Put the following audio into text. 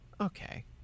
Okay